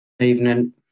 Evening